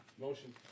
Motion